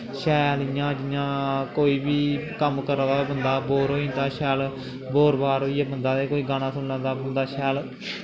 शैल इ'यां जियां कोई बी कम्म करा दा होऐ बंदा बोर होई जंदा शैल बोर बार होइयै ते बंदा गाना सुनी लैंदा बंदा शैल